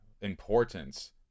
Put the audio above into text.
Importance